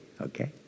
okay